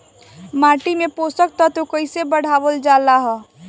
माटी में पोषक तत्व कईसे बढ़ावल जाला ह?